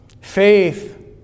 Faith